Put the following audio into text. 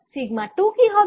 sigma 2 কি হবে